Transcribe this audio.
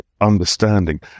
understanding